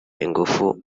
ingufu